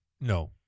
No